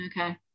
Okay